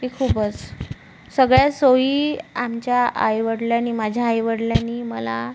की खूपसं सगळ्या सोयी आमच्या आईवडिलांनी माझ्या आईवडिलांनी मला